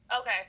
Okay